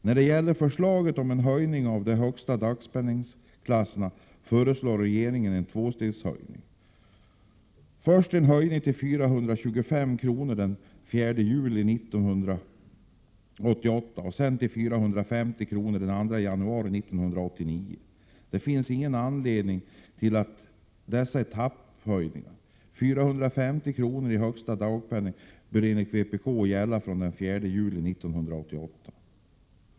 När det gäller förslagen om en höjning av högsta dagpenningklass föreslår regeringen en tvåstegshöjning — först en höjning till 425 kr. den 4 juli 1988 och sedan till 450 kr. den 2 januari 1989. Det finns ingen anledning till dessa etapphöjningar. 450 kr. i högsta dagpenning bör enligt vpk gälla redan från den 4 juli 1988.